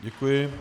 Děkuji.